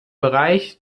bereich